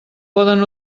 poden